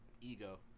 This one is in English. ego